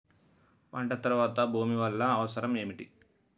పంట తర్వాత భూమి వల్ల అవసరం ఏమిటి?